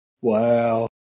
Wow